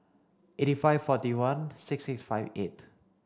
eighty five forty one six six five eight